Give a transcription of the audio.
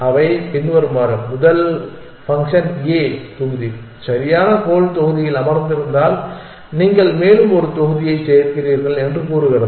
அவை பின்வருமாறு முதல் ஃபங்க்ஷன் A தொகுதி சரியான கோல் தொகுதியில் அமர்ந்திருந்தால் நீங்கள் மேலும் ஒரு தொகுதியைச் சேர்க்கிறீர்கள் என்று கூறுகிறது